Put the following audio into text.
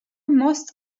most